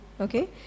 okay